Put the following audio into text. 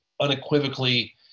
unequivocally